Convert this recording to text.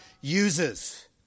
uses